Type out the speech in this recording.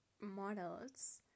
models